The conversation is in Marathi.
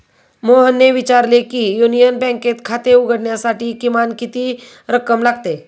मोहनने विचारले की युनियन बँकेत खाते उघडण्यासाठी किमान किती रक्कम लागते?